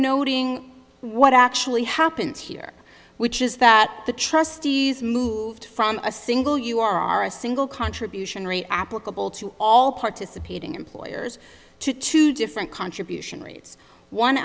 noting what actually happens here which is that the trustees moved from a single you are a single contribution rate applicable to all participating employers to two different contribution rates one